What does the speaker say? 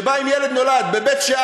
שבה אם ילד נולד בבית-שאן,